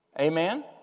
Amen